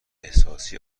احساسی